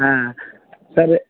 ಹಾಂ ಸರಿ